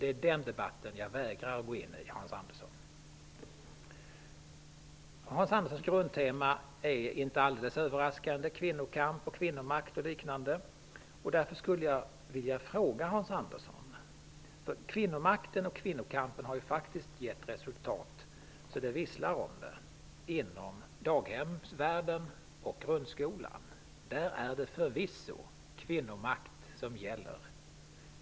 Det är den debatten som jag vägarar att gå in i, Hans Hans Anderssons grundtema är, inte alldeles överraskande, kvinnokamp, kvinnomakt och liknande. Kvinnomakten och kvinnokampen har ju faktiskt gett resultat så att det visslar om det inom daghemsvärlden och i grundskolan. Där är det förvisso kvinnomakt som gäller.